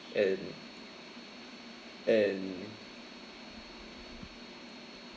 and and